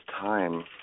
time